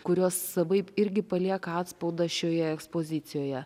kurios savaip irgi palieka atspaudą šioje ekspozicijoje